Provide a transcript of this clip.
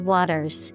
Waters